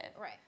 Right